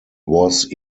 was